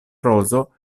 prozo